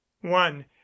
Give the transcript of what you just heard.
one